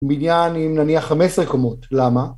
בניין, אם נניח 15 קומות למה